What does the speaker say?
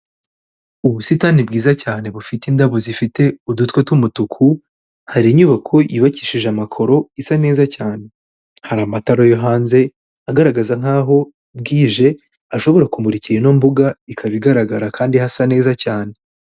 Ubusitani bwiza cyane bufite indabo zifite udutwe tw'umutuku, hari inyubako yubakishije amakoro isa neza cyane. Hari amatara yo hanze, agaragaza nkaho bwije, ashobora kumurikira ino mbuga ikaba igaragara kandi hasa neza cyane.